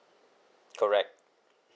correct